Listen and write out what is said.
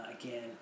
Again